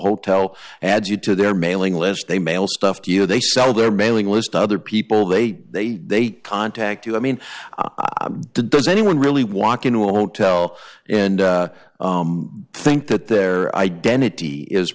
hotel adds you to their mailing list they mail stuff to you they sell their mailing list other people they they they contact you i mean does anyone really walk into a hotel and think that their identity is